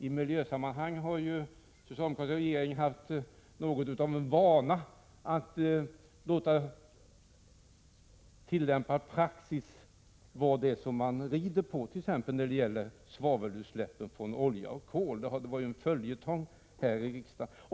I miljösammanhang har dock den socialdemokratiska regeringen haft för vana att rida på tillämpad praxis, t.ex. när det gäller svavelutsläpp från olja och kol, som varit en följetong här i riksdagen.